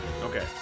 Okay